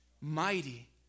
Mighty